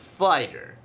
fighter